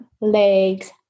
legs